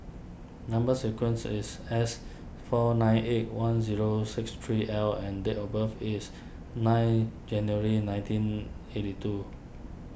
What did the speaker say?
Number Sequence is S four nine eight one zero six three L and date of birth is nine January nineteen eighty two